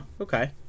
okay